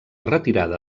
retirada